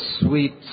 sweet